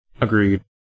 agreed